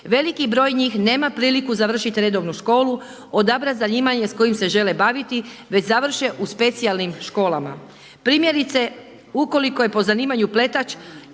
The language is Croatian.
Veliki broj njih nema priliku završiti redovnu školu, odabrati zanimanje s kojim se žele baviti već završe u specijalnim školama. Primjerice, ukoliko je po zanimanju pletač